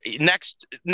Next